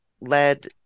led